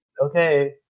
Okay